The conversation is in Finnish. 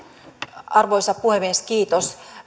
arvoisa puhemies kiitos